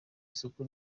isoko